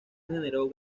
generó